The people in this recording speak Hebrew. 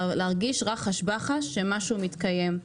להרגיש רחש בחש כשמשהו מתקיים.